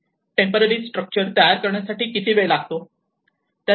temporary structure तयार करण्यासाठी किती वेळ लागतो